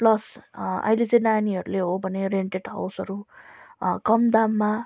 plus अहिले चाहिँ नानीहरूले हो भने रेन्टेट हाउसहरू कम दाममा